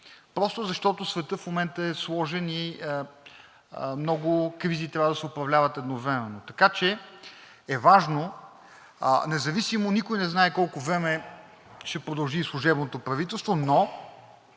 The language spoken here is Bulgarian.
просто защото светът в момента е сложен и много кризи трябва да се управляват едновременно. Така че е важно, независимо колко време ще продължи служебното правителство –